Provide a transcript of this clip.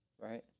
right